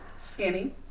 skinny